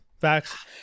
Facts